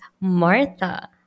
Martha